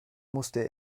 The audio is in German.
musste